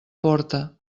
porta